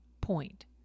point